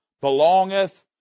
belongeth